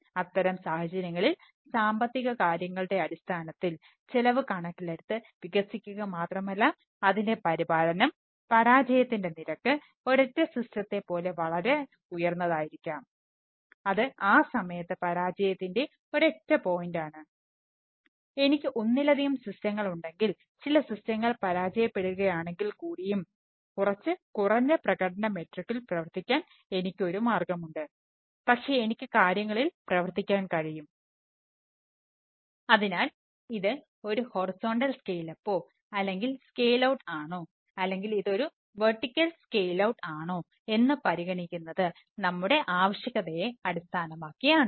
അതിനാൽ അത്തരം സാഹചര്യങ്ങളിൽ സാമ്പത്തിക കാര്യങ്ങളുടെ അടിസ്ഥാനത്തിൽ ചെലവ് കണക്കിലെടുത്ത് വികസിക്കുക മാത്രമല്ല അതിന്റെ പരിപാലനം പരാജയത്തിന്റെ നിരക്ക് ഒരൊറ്റ സിസ്റ്റത്തെപ്പോലെ ആണോ എന്ന് പരിഗണിക്കുന്നത് നമ്മുടെ ആവശ്യകതയെ അടിസ്ഥാനമാക്കിയാണ്